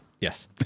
Yes